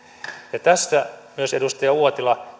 ja edustaja uotila